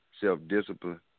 self-discipline